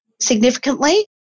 significantly